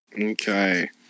Okay